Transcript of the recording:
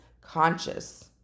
conscious